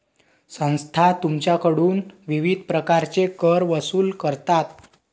संस्था तुमच्याकडून विविध प्रकारचे कर वसूल करतात